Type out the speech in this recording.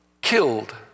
killed